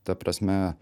ta prasme